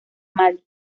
malí